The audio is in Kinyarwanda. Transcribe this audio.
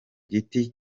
giti